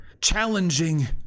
Challenging